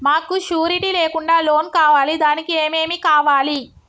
మాకు షూరిటీ లేకుండా లోన్ కావాలి దానికి ఏమేమి కావాలి?